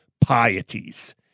pieties